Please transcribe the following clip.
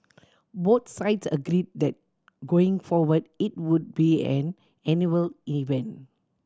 both sides agreed that going forward it would be an annual event